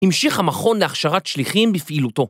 ‫המשיך המכון להכשרת שליחים בפעילותו.